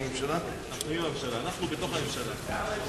הרווחה והבריאות על רצונה להחיל